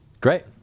Great